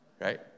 Right